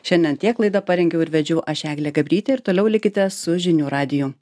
šiandien tiek laidą parengiau ir vedžiau aš eglė gabrytė ir toliau likite su žinių radiju